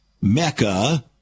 Mecca